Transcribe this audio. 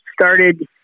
started